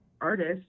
artist